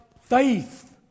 faith